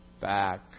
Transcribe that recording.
back